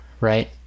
right